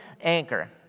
anchor